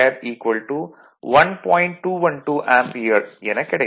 212 ampere எனக் கிடைக்கும்